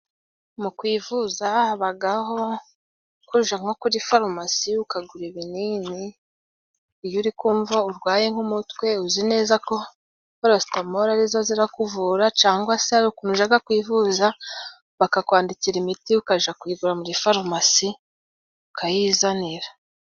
Mu kwivuza habagaho kuja nko kuri farumasi ukagura ibinini ,iyo uri kumva urwaye nk'umutwe uzi neza ko parasitamoro arizo zirakuvura ,cyangwa se hari ukuntu ujaga kwivuza bakakwandikira imiti ukajya kuyigura muri farumasi ukayizanira.